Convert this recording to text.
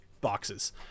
boxes